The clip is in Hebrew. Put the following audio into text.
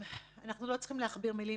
אנחנו לא צריכים להכביר במילים,